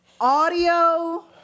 Audio